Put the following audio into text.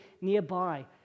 nearby